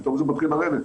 פתאום זה מתחיל לרדת.